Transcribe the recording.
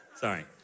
sorry